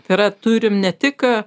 tai yra turim ne tik